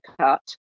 cut